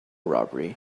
robbery